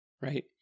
right